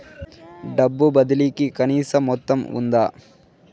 డబ్బు బదిలీ కి కనీస మొత్తం ఉందా?